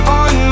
on